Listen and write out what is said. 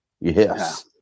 Yes